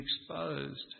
exposed